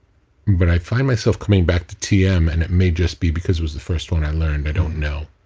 but i find myself coming back to tm and it may just be because it was the first one i learned, i don't know.